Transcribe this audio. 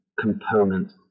component